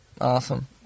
Awesome